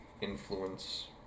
influence